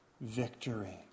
victory